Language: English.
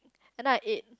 and then I ate